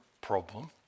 problem